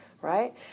Right